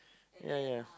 ya ya